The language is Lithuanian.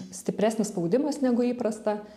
stipresnis spaudimas negu įprasta